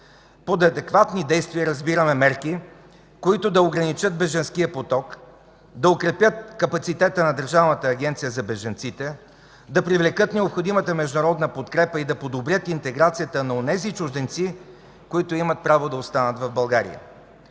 Под „адекватни действия” разбираме мерки, които да ограничат бежанския поток, да укрепят капацитета на Държавната агенция за бежанците, да привлекат необходимата международна подкрепа и да подобрят интеграцията на онези бежанци, които имат право да останат в България.